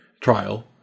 trial